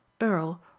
earl